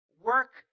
work